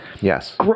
Yes